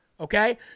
okay